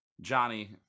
Johnny